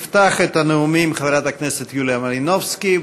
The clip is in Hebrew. תפתח את הנאומים חברת הכנסת יוליה מלינובסקי.